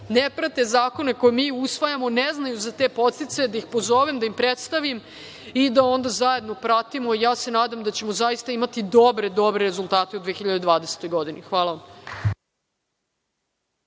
ne prate zakone koje mi usvajamo, ne znaju za te podsticaje, da ih pozovem, da im predstavim i da onda zajedno pratimo. Ja se nadam da ćemo zaista imati dobre rezultate u 2020. godini. Hvala vam.